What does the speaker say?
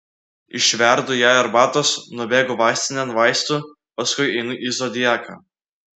išverdu jai arbatos nubėgu vaistinėn vaistų paskui einu į zodiaką